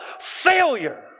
failure